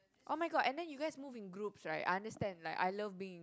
[oh]-my-god and then you guys move in groups right I understand like I love being